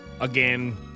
again